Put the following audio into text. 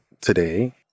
today